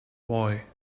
boy